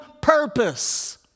purpose